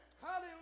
Hallelujah